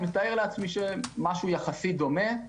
מתאר לעצמי שמשהו יחסית דומה.